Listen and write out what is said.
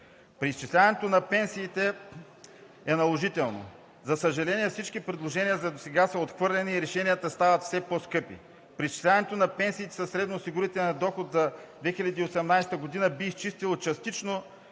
Преизчисляването на пенсиите е наложително! За съжаление, всички предложения досега са отхвърляни и решенията стават все по-скъпи. Преизчисляването на пенсиите със средно-осигурителния доход за 2018 г. би изчистило частично